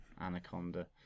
Anaconda